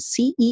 CEO